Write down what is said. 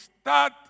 start